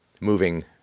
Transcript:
moving